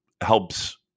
helps